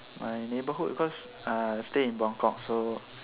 my neighbourhood because I stay in buangkok so